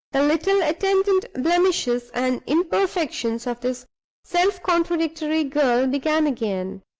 the little attendant blemishes and imperfections of this self-contradictory girl began again.